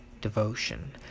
devotion